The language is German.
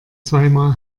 zweimal